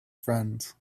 friends